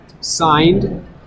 signed